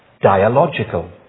dialogical